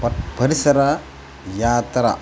ಬ ಪರಿಸರ ಯಾವ್ತರ